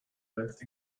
both